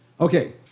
Okay